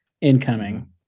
Incoming